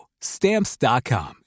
Stamps.com